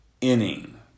inning